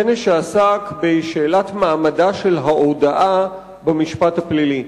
כנס שעסק בשאלת מעמדה של ההודאה במשפט הפלילי.